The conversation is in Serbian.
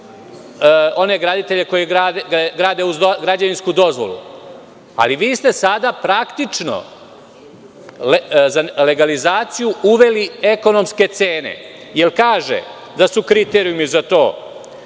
one graditelje koji grade uz građevinsku dozvolu. Vi ste sada praktično za legalizaciju uveli ekonomske cene, jer su kriterijumi za to